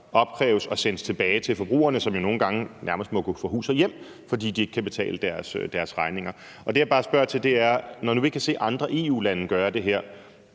opkræves og sendes tilbage til forbrugerne, som jo nogle gange nærmest må gå fra hus og hjem, fordi de ikke kan betale deres regninger. Det, jeg bare gerne vil sige, er: Når nu vi kan se, at andre EU-lande gør det her,